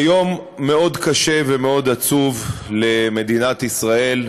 זה יום מאוד קשה ומאוד עצוב למדינת ישראל,